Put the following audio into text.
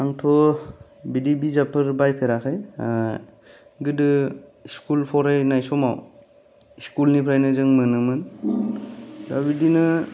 आंथ' बिदि बिजाबफोर बायफेराखै गोदो स्कुल फरायनाय समाव स्कुलनिफ्रायनो जों मोनोमोन दा बिदिनो